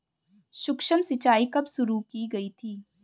सूक्ष्म सिंचाई कब शुरू की गई थी?